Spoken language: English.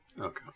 Okay